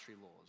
laws